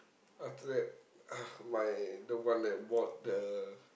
after that uh my the one that bought the